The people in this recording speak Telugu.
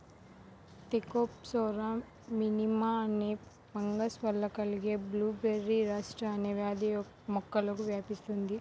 థెకోప్సోరా మినిమా అనే ఫంగస్ వల్ల కలిగే బ్లూబెర్రీ రస్ట్ అనే వ్యాధి మొక్కలకు వ్యాపిస్తుంది